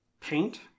paint